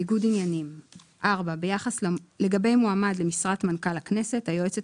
ניגוד עניינים 4. לגבי מועמד למשרת מנכ"ל הכנסת היועצת